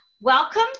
welcome